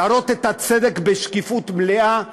להראות את הצדק בשקיפות מלאה,